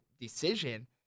decision